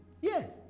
Yes